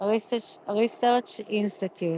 Research Institute,